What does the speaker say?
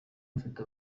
ufite